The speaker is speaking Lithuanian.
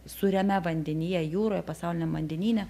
sūriame vandenyje jūroje pasauliam vandenyne